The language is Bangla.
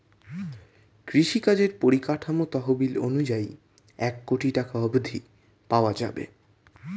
কৃষিকাজের পরিকাঠামো তহবিল অনুযায়ী এক কোটি টাকা অব্ধি পাওয়া যাবে